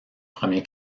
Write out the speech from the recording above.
premier